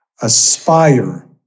aspire